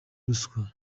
ruswa